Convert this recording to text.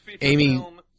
Amy